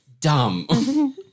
dumb